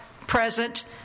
present